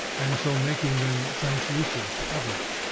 and so making them translucid to others.